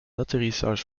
atterrissage